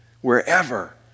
wherever